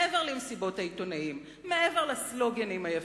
מעבר למסיבות העיתונאים, מעבר לסלוגנים היפים.